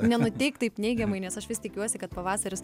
nenuteik taip neigiamai nes aš vis tikiuosi kad pavasaris